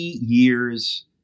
years